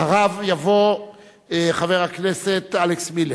אחריו יבוא חבר הכנסת אלכס מילר,